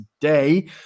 today